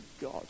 God